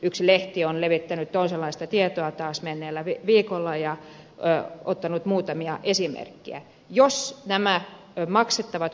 yksi lehti on levittänyt toisenlaista tietoa taas menneellä viikolla ja ottanut muutamia esimerkkejä